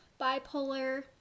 bipolar